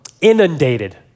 inundated